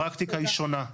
הפרקטיקה היא שונה.